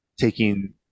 Taking